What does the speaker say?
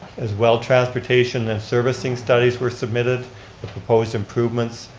as well, transportation and servicing studies were submitted the proposed improvements